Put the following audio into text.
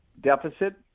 deficit